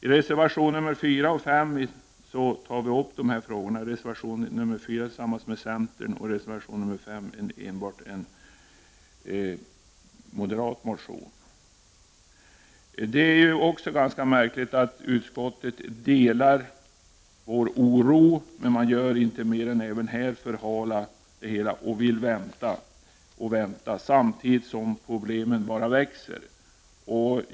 I reservationerna nr 4 och 5 tar vi upp dessa frågor, i reservation nr 4 tillsammans med centern och i reservation nr 5 enbart med anledning av en mo derat motion. Det är ganska märkligt att utskottet delar vår oro men ändå bara vill förhala frågan samtidigt som problemen växer.